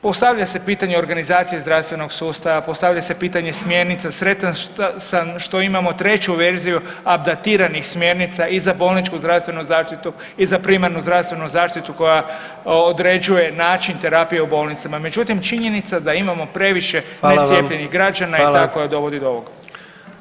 Postavlja se pitanje organizacije zdravstvenog sustava, postavlja se pitanje smjernica, sretan sam što imamo treću verziju abdatiranih smjernica i za bolničku zdravstvenu zaštitu i za primarnu zdravstvenu zaštitu koja određuje način terapije u bolnicama, međutim činjenica da imamo previše [[Upadica: Hvala.]] necijepljenih građana je ta koja dovodi do ovog.